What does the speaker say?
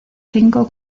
cinco